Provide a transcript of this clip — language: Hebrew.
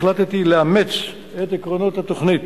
החלטתי לאמץ את עקרונות התוכנית.